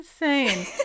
insane